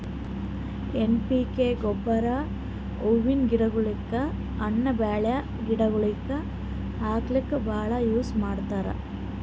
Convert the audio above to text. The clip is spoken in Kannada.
ಎನ್ ಪಿ ಕೆ ಗೊಬ್ಬರ್ ಹೂವಿನ್ ಗಿಡಗೋಳಿಗ್, ಹಣ್ಣ್ ಬೆಳ್ಯಾ ಗಿಡಗೋಳಿಗ್ ಹಾಕ್ಲಕ್ಕ್ ಭಾಳ್ ಯೂಸ್ ಮಾಡ್ತರ್